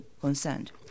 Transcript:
concerned